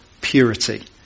purity